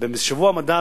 בשבוע המדע,